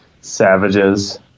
Savages